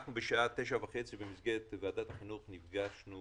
אנחנו בשעה 9:30 במסגרת ועדת החינוך נפגשנו